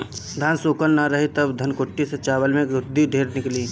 धान सूखल ना रही त धनकुट्टी से चावल में खुद्दी ढेर निकली